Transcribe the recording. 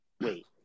wait